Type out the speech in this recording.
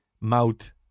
mouth